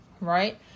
right